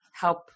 Help